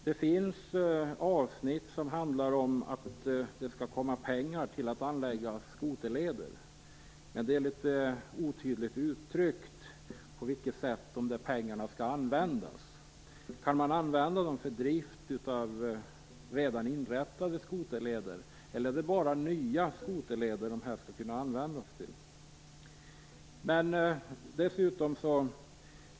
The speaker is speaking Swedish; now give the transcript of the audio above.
Det finns avsnitt som handlar om att det skall komma pengar till att anlägga skoterleder. Men det är litet otydligt uttryckt på vilket sätt dessa pengar skall användas. Kan man använda dem för drift av redan inrättade skoterleder? Eller är det bara till nya skoterleder som pengarna skall kunna användas?